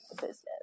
business